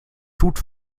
tut